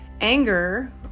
Anger